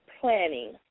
planning